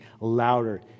louder